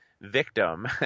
victim